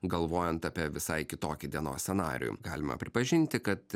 galvojant apie visai kitokį dienos scenarijų galima pripažinti kad